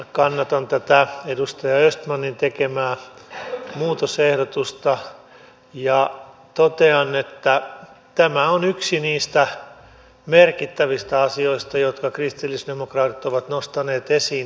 kannatan tätä edustaja östmanin tekemää muutosehdotusta ja totean että tämä on yksi niistä merkittävistä asioista jonka kristillisdemokraatit ovat nostaneet esiin